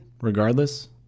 regardless